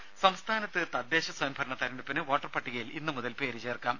ദുദ സംസ്ഥാനത്ത് തദ്ദേശ സ്വയം ഭരണ തെരഞ്ഞെടുപ്പിന് വോട്ടർപട്ടികയിൽ ഇന്നുമുതൽ പേര് ചേർക്കാം